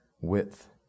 width